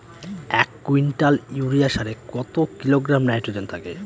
এক quintal urea সারে কত কিলোগ্রাম নাইট্রোজেন থাকে?